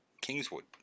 Kingswood